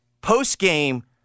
post-game